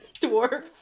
dwarf